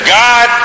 god